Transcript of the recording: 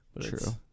True